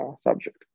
subject